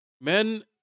Men